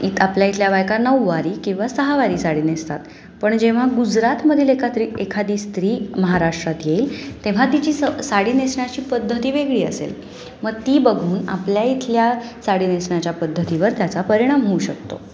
इत आपल्या इथल्या बायका नऊवारी किंवा सहावारी साडी नेसतात पण जेव्हा गुजरातमधील एका त्रि एखादी स्त्री महाराष्ट्रात येईल तेव्हा तिची स साडी नेसण्याची पद्धती वेगळी असेल मग ती बघून आपल्या इथल्या साडी नेसण्याच्या पद्धतीवर त्याचा परिणाम होऊ शकतो